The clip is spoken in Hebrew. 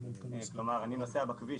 כלומר אני נוסע בכביש,